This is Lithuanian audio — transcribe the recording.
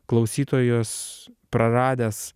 klausytojas praradęs